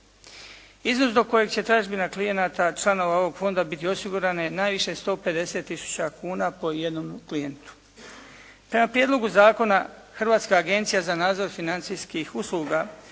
Iznos do kojeg će tražbina klijenata članova ovog fonda bito osigurana je najviše 150 tisuća kuna po jednom klijentu. Prema prijedlogu zakona Hrvatska agencija za nadzor financijskih usluga,